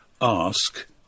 ask